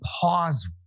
pause